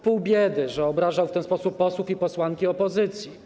Pół biedy, że obrażał w ten sposób posłów i posłanki opozycji.